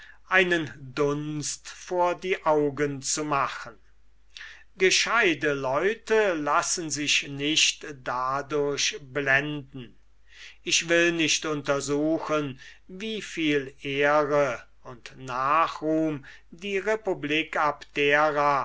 einen dunst vor die augen zu machen gescheute leute lassen sich nicht dadurch blenden ich will nicht untersuchen wie viel ehre und nachruhm die republik abdera